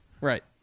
Right